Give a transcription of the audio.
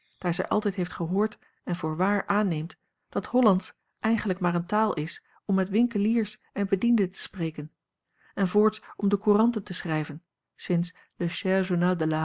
daar zij altijd heeft gehoord en voor waar aanneemt dat hollandsch eigenlijk maar eene taal is om met winkeliers en bedienden te spreken en voorts om de couranten te schrijven sinds le